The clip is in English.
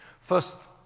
First